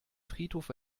friedhof